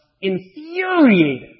infuriated